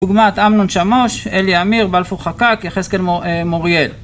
דוגמת אמנון שמוש, אלי אמיר, בלפור חקק, יחזקאל מוריאל